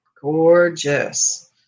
Gorgeous